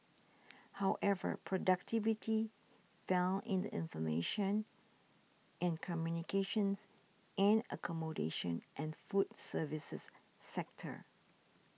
however productivity fell in the information and communications and accommodation and food services sectors